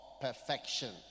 perfection